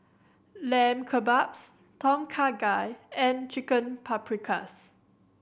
Lamb Kebabs Tom Kha Gai and Chicken Paprikas